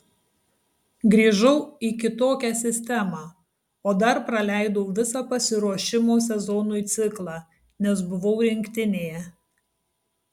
grįžau į kitokią sistemą o dar praleidau visą pasiruošimo sezonui ciklą nes buvau rinktinėje